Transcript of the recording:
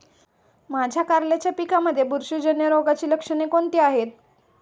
माझ्या कारल्याच्या पिकामध्ये बुरशीजन्य रोगाची लक्षणे कोणती आहेत?